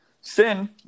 Sin